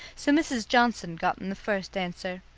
so mrs. johnson got in the first answer.